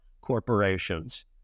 Corporations